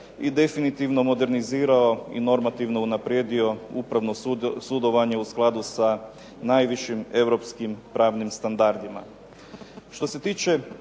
i definitivno modernizirao i normativno unaprijedio upravno sudovanje u skladu sa najvišim europskim pravnim standardima. Što se tiče